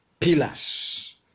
pillars